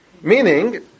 Meaning